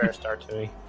um started a